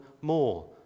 more